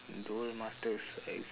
duel master